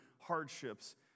hardships